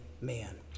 man